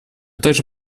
также